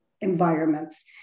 environments